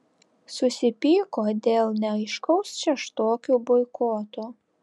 susipyko dėl neaiškaus šeštokių boikoto